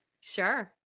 sure